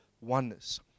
oneness